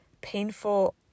painful